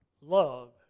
love